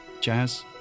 jazz